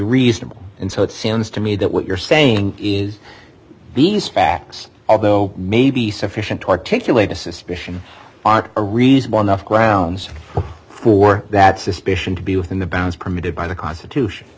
reasonable and so it seems to me that what you're saying is these facts although maybe sufficient to articulate a suspicion are a reasonable enough grounds for that suspicion to be within the bounds permitted by the constitution